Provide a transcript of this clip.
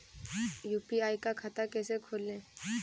UPI का खाता कैसे खोलें?